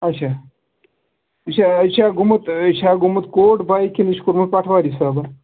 آچھا یہِ چھےٚ یہِ چھےٚ گوٚمُت یہِ چھےٚ گوٚمُت کوٹ بَیہِ کِنۍ یہِ چھُ کوٚرمُت پٹواری صٲبَن